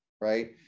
Right